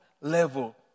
level